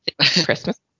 christmas